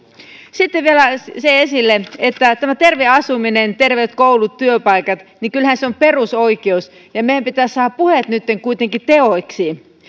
sitten vielä se esille että kyllähän terve asuminen terveet koulut ja työpaikat ovat perusoikeus ja meidän pitäisi saada puheet nytten kuitenkin teoiksi